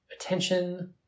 Attention